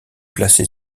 placée